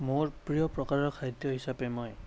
মোৰ প্ৰিয় প্ৰকাৰৰ খাদ্য হিচাপে মই